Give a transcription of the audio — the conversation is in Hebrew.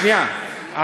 שנייה.